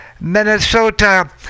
Minnesota